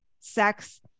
sex